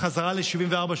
חזרה ל-1974,